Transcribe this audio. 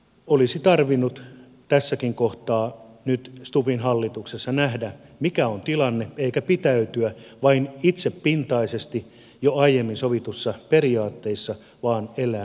olisi tarvinnut tässäkin kohtaa nyt stubbin hallituksessa nähdä mikä on tilanne ei vain pitäytyä itsepintaisesti jo aiemmin sovituissa periaatteissa vaan elää tilanteessa